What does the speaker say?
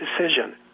decision